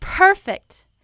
Perfect